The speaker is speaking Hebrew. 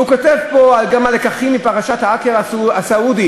והוא כותב פה: גם הלקחים מפרשת ההאקר הסעודי,